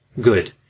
good